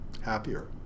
Happier